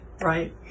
right